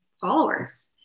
followers